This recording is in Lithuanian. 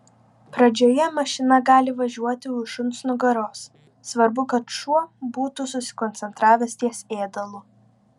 pradžioje mašina gali važiuoti už šuns nugaros svarbu kad šuo būtų susikoncentravęs ties ėdalu